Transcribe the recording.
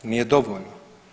Nije dovoljno.